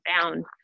bound